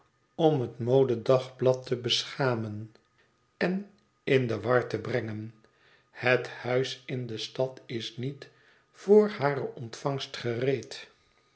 om het modedagblad te beschamen en in de war te brengen het huis in de stad is niet voor hare ontvangst gereed